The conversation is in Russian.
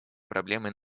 проблемой